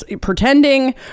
pretending